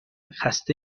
خسته